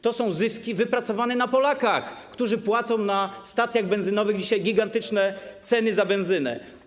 To są zyski wypracowane na Polakach, którzy płacą na stacjach benzynowych dzisiaj gigantyczne kwoty za benzynę.